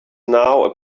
now